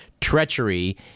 treachery